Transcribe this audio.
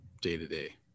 day-to-day